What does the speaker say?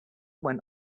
went